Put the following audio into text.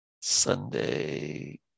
Sunday